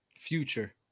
Future